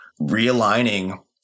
Realigning